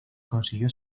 consiguió